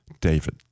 David